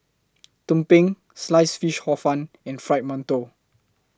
Tumpeng Sliced Fish Hor Fun and Fried mantou